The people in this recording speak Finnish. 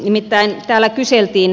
no yhteen kysymykseen